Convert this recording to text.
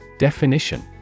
Definition